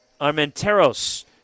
Armenteros